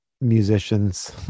musicians